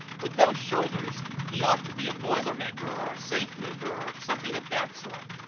with those shoulders he ought to be a boiler maker or a safe mover or something of that sort.